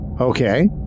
Okay